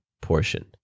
portion